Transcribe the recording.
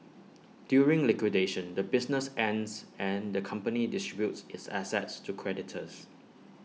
during liquidation the business ends and the company distributes its assets to creditors